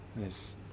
Yes